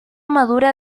madura